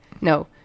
no –